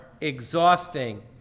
exhausting